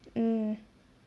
mm